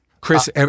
Chris